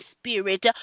spirit